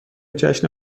جشن